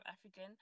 African